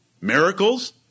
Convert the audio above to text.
miracles